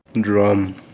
Drum